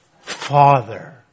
Father